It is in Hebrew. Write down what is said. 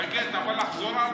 אתה יכול לחזור על זה?